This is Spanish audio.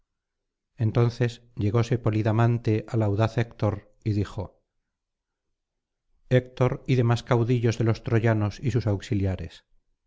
entonces llegóse polidamante al audaz héctor y dijo héctor y demás caudillos délos troyanosy sus auxiliares